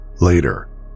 Later